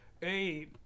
hey